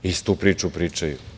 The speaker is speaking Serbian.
Istu priču pričaju.